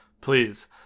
Please